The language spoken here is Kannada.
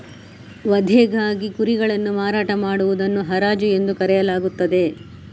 ವಧೆಗಾಗಿ ಕುರಿಗಳನ್ನು ಮಾರಾಟ ಮಾಡುವುದನ್ನು ಹರಾಜು ಎಂದು ಕರೆಯಲಾಗುತ್ತದೆ